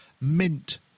mint